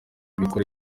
bikora